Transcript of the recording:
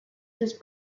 his